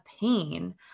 pain